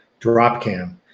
Dropcam